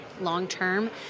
long-term